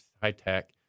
high-tech